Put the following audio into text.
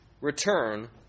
return